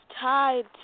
tied